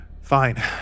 fine